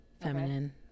Feminine